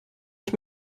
ich